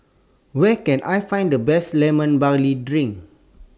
Where Can I Find The Best Lemon Barley Drink